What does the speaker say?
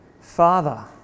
Father